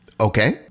Okay